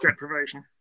deprivation